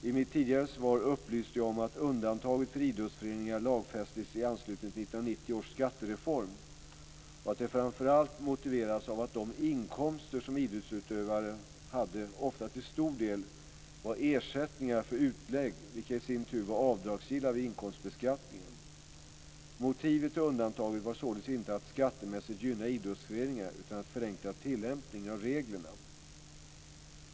I mitt tidigare svar upplyste jag om att undantaget för idrottsföreningar lagfästes i anslutning till 1990 års skattereform och att det framför allt motiverades av att de inkomster som idrottsutövare hade ofta till stor del var ersättningar för utlägg, vilka i sin tur var avdragsgilla vid inkomstbeskattningen. Motivet till undantaget var således inte att skattemässigt gynna idrottsföreningar, utan att förenkla tillämpningen av reglerna.